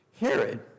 Herod